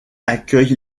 accueille